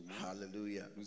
Hallelujah